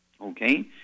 Okay